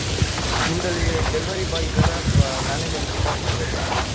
okay ನಿಮ್ದ್ರಲ್ಲಿ delivery boy ಇದ್ದಾರಾ ಅಥವಾ ನಾನೇ ಬಂದು ಪಿಕಪ್ ಮಾಡ್ಬೇಕಾ